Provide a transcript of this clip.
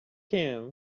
him